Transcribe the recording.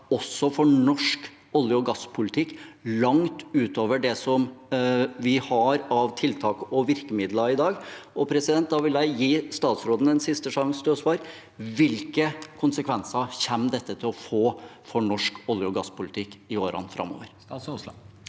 også for norsk olje- og gasspolitikk langt utover det vi har av tiltak og virkemidler i dag? Jeg vil gi statsråden en siste sjanse til å svare: Hvilke konsekvenser kommer dette til å få for norsk olje- og gasspolitikk i årene framover? Statsråd Terje